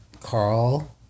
Carl